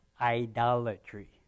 idolatry